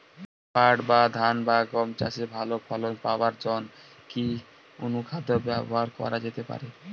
পাট বা ধান বা গম চাষে ভালো ফলন পাবার জন কি অনুখাদ্য ব্যবহার করা যেতে পারে?